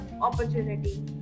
opportunity